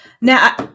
now